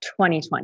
2020